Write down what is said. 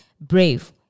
Brave